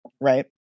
Right